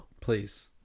please